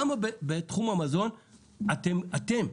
למה בתחום המזון אתם אתם,